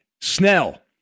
Snell